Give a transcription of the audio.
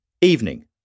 Evening